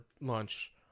lunch